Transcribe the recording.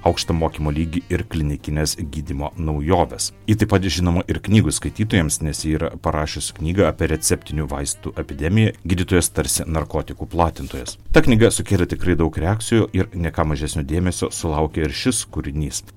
aukštą mokymo lygį ir klinikines gydymo naujoves ji taip pat žinoma ir knygų skaitytojams nes ji yra parašius knygą apie receptinių vaistų epidemiją gydytojas tarsi narkotikų platintojas ta knyga sukėlė tikrai daug reakcijų ir ne ką mažesnio dėmesio sulaukė ir šis kūrinys